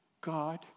God